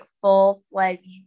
full-fledged